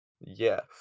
Yes